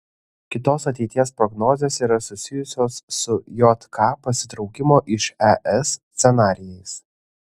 kitos ateities prognozės yra susijusios su jk pasitraukimo iš es scenarijais